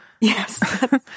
Yes